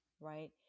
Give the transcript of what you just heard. right